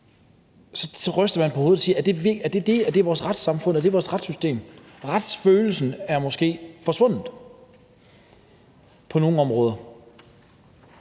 er, ryster man på hovedet og siger: Er det vores retssamfund? Er det vores retssystem? Retsfølelsen er måske forsvundet på nogle områder.